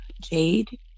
Jade